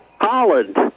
Holland